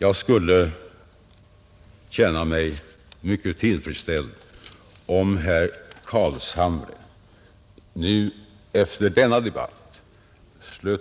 Jag skulle känna mig mycket tillfredsställd om herr Carlshamre nu efter denna debatt kunde